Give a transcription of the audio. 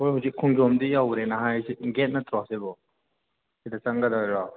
ꯑꯩꯈꯣꯏ ꯍꯧꯖꯤꯛ ꯈꯣꯡꯖꯣꯝꯗꯤ ꯌꯧꯔꯦꯅ ꯍꯥꯏ ꯁꯤ ꯒꯦꯠ ꯅꯠꯇ꯭ꯔꯣ ꯁꯤꯕꯣ ꯁꯤꯗ ꯆꯪꯒꯗꯣꯏꯔꯣ